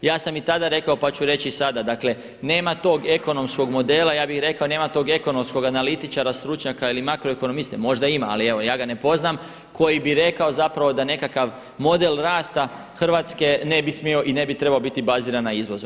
Ja i tada rekao pa ću reći i sada, dakle nema tog ekonomskog modela, ja bih rekao nema tog ekonomskog analitičara, stručnjaka ili makroekonomiste, možda ima, ali evo ja ga ne poznajem koji bi rekao zapravo da nekakav model rasta Hrvatske ne bi smio i ne bi trebao biti baziran na izvozu.